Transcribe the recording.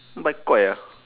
ah